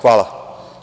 Hvala.